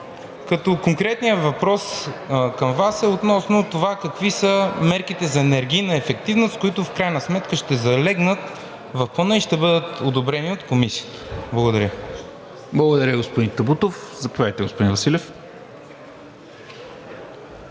като конкретният въпрос към Вас е относно това какви са мерките за енергийна ефективност, които в крайна сметка ще залегнат в Плана и ще бъдат одобрени от Комисията? Благодаря. ПРЕДСЕДАТЕЛ НИКОЛА МИНЧЕВ: Благодаря, господин Табутов. Заповядайте, господин Василев.